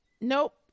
nope